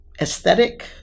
aesthetic